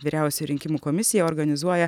vyriausioji rinkimų komisija organizuoja